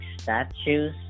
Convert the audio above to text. statues